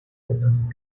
windows